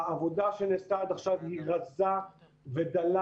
העבודה שנעשתה עד עכשיו היא רזה ודלה,